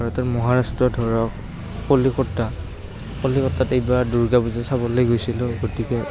ভাৰতৰ মহাৰাষ্ট্ৰ ধৰক কলিকতা কলিকতাত এইবাৰ দুূৰ্গা পূজা চাবলৈ গৈছিলোঁ গতিকে